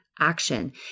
action